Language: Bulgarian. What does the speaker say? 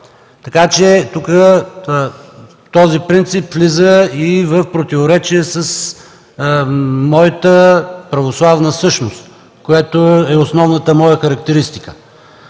говоря. Тук този принцип влиза в противоречие и с моята православна същност – основна моя характеристика.